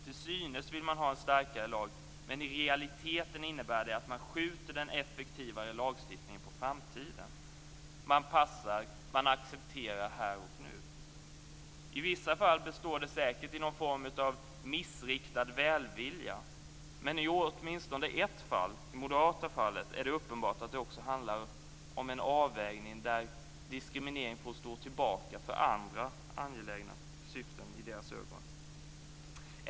Till synes vill man ha en starkare lag, men i realiteten innebär det att man skjuter den effektivare lagstiftningen på framtiden. Man passar och accepterar här och nu. I vissa fall beror det säkert på någon form av missriktad välvilja, men i åtminstone ett fall, det moderata fallet, är det uppenbart att det också handlar om en avvägningen där diskriminering får stå tillbaka för andra syften som är angelägnare i deras ögon.